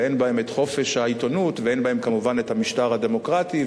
אין בהן חופש עיתונות ואין בהן כמובן משטר דמוקרטי,